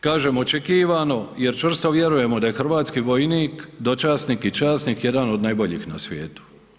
Kažem očekivano jer čvrsto vjerujemo da je hrvatski vojnik, dočasnik i časnik jedan od najboljih na svijetu.